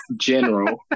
general